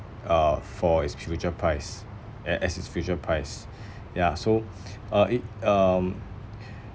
uh for it's future price a~ as its future price ya so uh it um